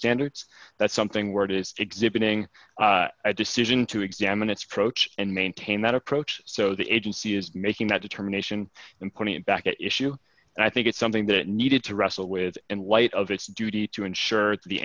standards that something where it is exhibiting a decision to examine its croce and maintain that approach so the agency is making that determination and putting it back at issue and i think it's something that needed to wrestle with and white of its duty to ensure th